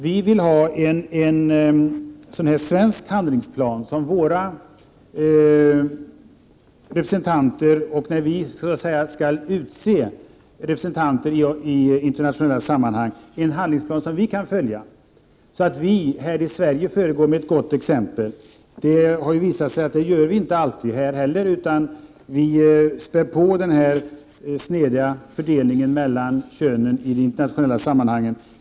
Vi vill ha en svensk handlingsplan, som vi kan följa när vi skall utse representanter i internationella sammanhang, så att vi här i Sverige föregår med gott exempel. Det har visat sig att vi inte alltid gör det. Vi späder på den snedfördelning mellan könen som råder i internationella sammanhang.